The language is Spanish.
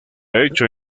hecho